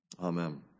Amen